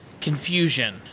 confusion